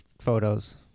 photos